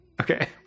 Okay